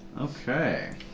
Okay